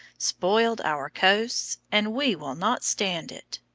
spoiled our coasts, and we will not stand it.